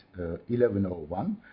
1101